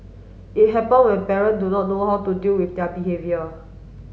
it happen when parent do not know how to deal with their behaviour